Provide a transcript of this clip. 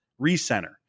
recenter